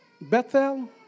Bethel